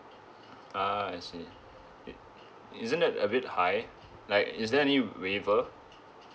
ah I see it isn't that a bit high like is there any waiver